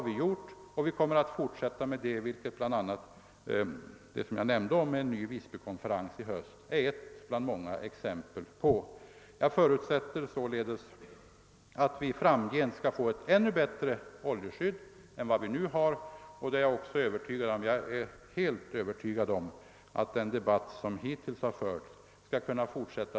Vi kommer att fortsätta att ta initiativ, något som den nya Visbykonferensen i höst är ett exempel på. Jag förutsätter alltså att vi framgent skall få ett ännu bättre oljeskydd än vad vi nu har. Jag är också övertygad om att den debatt som hittills förts skall kunna fortsätta.